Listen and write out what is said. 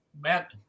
Matt